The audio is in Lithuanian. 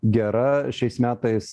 gera šiais metais